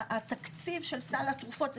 התקציב של סל התרופות,